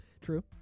true